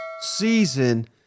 season